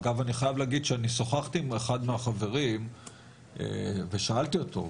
אגב אני חייב להגיד שאני שוחחתי עם אחד מהחברים ושאלתי אותו,